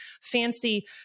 fancy